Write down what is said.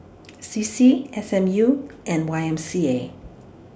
C C S M U and Y M C A